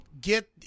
get